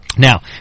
Now